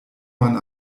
man